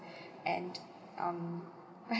and um